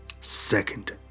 Second